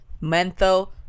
menthol